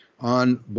on